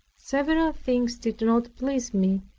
several things did not please me,